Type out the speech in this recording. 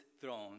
throne